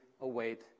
await